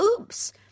Oops